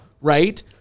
Right